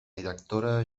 directora